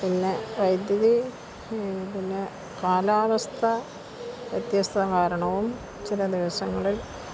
പിന്നെ വൈദ്യുതി പിന്നെ കാലാവസ്ഥ വ്യത്യസ്ത കാരണവും ചില ദിവസങ്ങളില്